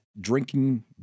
drinking